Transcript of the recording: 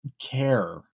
care